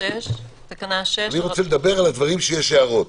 אני רוצה לדבר על הדברים שיש הערות.